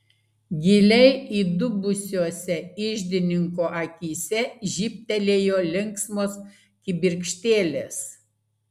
giliai įdubusiose iždininko akyse žybtelėjo linksmos kibirkštėlės